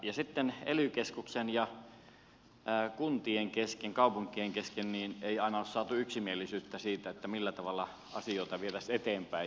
ja sitten ely keskuksen ja kuntien kesken kaupunkien kesken ei aina ole saatu yksimielisyyttä siitä millä tavalla asioita vietäisiin eteenpäin